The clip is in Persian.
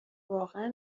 واقعا